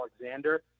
Alexander